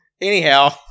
Anyhow